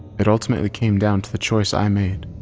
it ultimately came down to the choice i made.